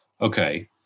Okay